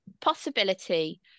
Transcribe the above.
possibility